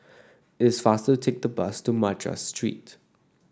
it is faster to take the bus to Madras Street